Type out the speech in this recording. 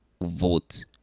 vote